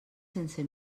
sense